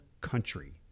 country